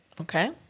Okay